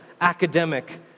academic